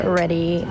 ready